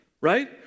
right